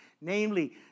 namely